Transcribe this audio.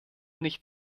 nicht